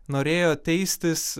norėjo teistis